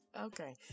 Okay